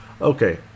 Okay